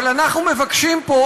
אבל אנחנו מבקשים פה,